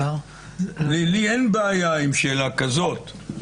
לי אין בעיה עם שאלה כזאת.